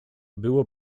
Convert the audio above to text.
było